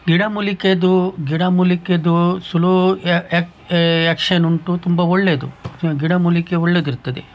ಗಿಡಮೂಲಿಕೆದು ಗಿಡಮೂಲಿಕೆದು slow action ಉಂಟು ತುಂಬ ಒಳ್ಳೇದು ಗಿಡಮೂಲಿಕೆ ಒಳ್ಳೇದಿರ್ತದೆ